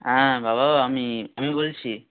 হ্যাঁ বাপ্পাদা আমি আমি বলছি